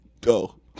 Go